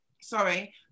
sorry